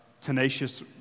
tenacious